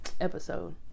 episode